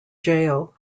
jail